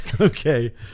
Okay